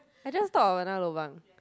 I just thought of another lobang